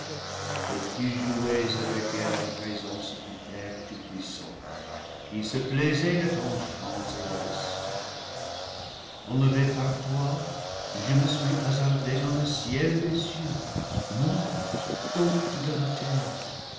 tu jouais avec elle en présence du père tout-puissant qui se plaisait à ton chant céleste enlevé par toi je me suis hasardé dans le ciel des cieux moi hôte de la terre